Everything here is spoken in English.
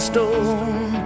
Stone